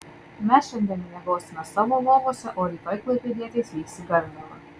mes šiandien miegosime savo lovose o rytoj klaipėdietės vyks į garliavą